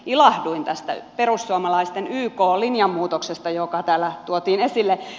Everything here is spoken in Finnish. ilahduin tästä perussuomalaisten yk linjanmuutoksesta joka täällä tuotiin esille